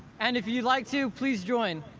and if you'd like to, please join.